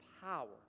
power